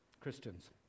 Christians